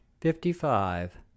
fifty-five